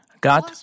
God